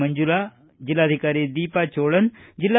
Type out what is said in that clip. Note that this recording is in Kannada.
ಮಂಜುಲ ಜಿಲ್ಲಾಧಿಕಾರಿ ದೀಪಾ ಚೋಳನ್ ಜಿ